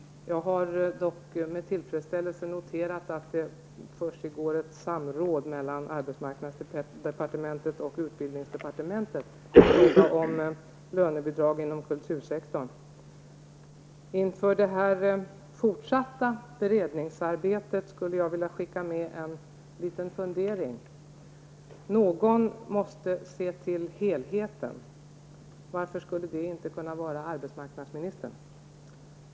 Med stor tillfredsställelse har jag dock noterat att det försiggår ett samråd mellan arbetsmarknadsdepartementet och utbildningsdepartementet i fråga om lönebidragen inom kultursektorn. Inför det fortsatta beredningsarbetet vill jag sända med en liten fundering. Någon måste se till helheten. Varför skulle det inte kunna vara arbetsmarknadsministern?